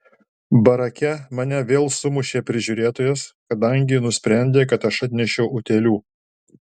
barake mane vėl sumušė prižiūrėtojas kadangi nusprendė kad aš atnešiau utėlių